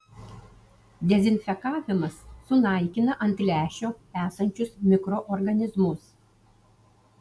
dezinfekavimas sunaikina ant lęšio esančius mikroorganizmus